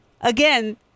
Again